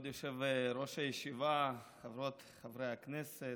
כבוד יושב-ראש הישיבה, חברות וחברי הכנסת,